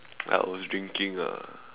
I was drinking ah